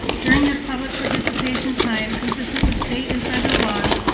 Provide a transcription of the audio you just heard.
during this public participation time, consistent with state and federal laws,